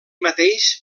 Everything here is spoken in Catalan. mateix